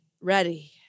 ready